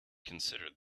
considered